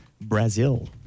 Brazil